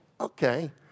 Okay